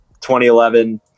2011